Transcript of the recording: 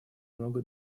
много